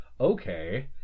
okay